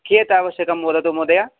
कियत् आवश्यकं वदतु महोदय